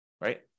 right